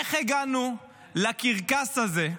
איך הגענו לקרקס הזה,